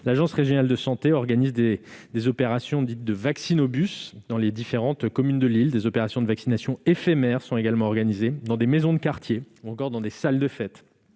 l'agence régionale de santé organise des opérations de « vaccinobus » dans les différentes communes de l'île. Des opérations de vaccination éphémères sont également organisées dans des maisons de quartier ou des salles des fêtes.